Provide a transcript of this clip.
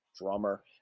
drummer